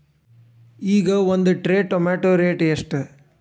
ಈಗ ಒಂದ್ tray tomato rate ಎಷ್ಟ?